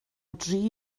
dri